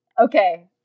Okay